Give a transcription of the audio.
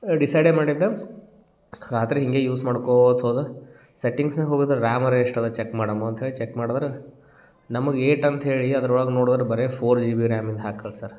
ಡಿಸೈಡೇ ಮಾಡಿದ್ದೆ ರಾತ್ರಿ ಹೀಗೆ ಯೂಸ್ ಮಾಡ್ಕೋತ ಹೋದೆ ಸೆಟ್ಟಿಂಗ್ಸ್ನ್ಯಾಗ ಹೋಗುದ ರ್ಯಾಮಾರೂ ಎಷ್ಟದೆ ಚೆಕ್ ಮಾಡಾಮೋ ಅಂತ್ಹೇಳಿ ಚೆಕ್ ಮಾಡದ್ರೆ ನಮಗೆ ಏಟ್ ಅಂತ್ಹೇಳಿ ಅದರೊಳ್ಗೆ ನೋಡುದ್ರೆ ಬರೆ ಫೋರ್ ಜಿ ಬಿ ರ್ಯಾಮಿದ್ದು ಹಾಕಿ ಕಳಿಸಾರ